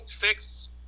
fix